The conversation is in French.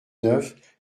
neuf